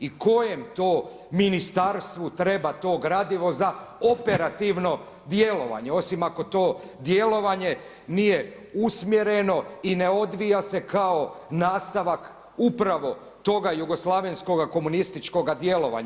I kojem to ministarstvu treba to gradivo za operativno djelovanje osim ako to djelovanje nije usmjereno i ne odvija se kao nastavak upravo toga jugoslavenskoga komunističkoga djelovanja?